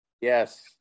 Yes